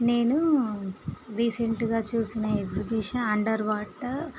నేను రీసెంట్గా చూసిన ఎగ్జిబీషన్ అండర్వాటర్